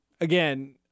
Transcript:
Again